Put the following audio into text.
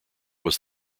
was